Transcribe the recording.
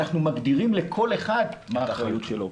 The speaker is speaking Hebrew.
אנחנו מגדירים לכל אחד מה האחריות שלו.